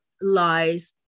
lies